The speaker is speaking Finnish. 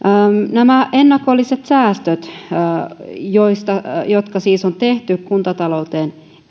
nämä ennakolliset säästöt jotka siis on tehty kuntatalouteen